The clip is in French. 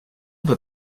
peut